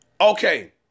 Okay